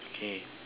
okay